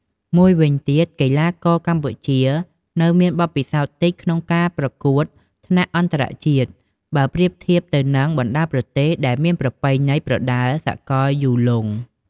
មួយវិញទៀត កីឡាករកម្ពុជានៅមានបទពិសោធន៍តិចក្នុងការប្រកួតថ្នាក់អន្តរជាតិ បើប្រៀបធៀបទៅនឹងបណ្តាប្រទេសដែលមានប្រពៃណីប្រដាល់សកលយូរលង់។